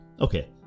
Okay